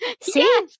See